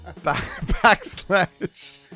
backslash